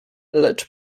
lecz